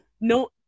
No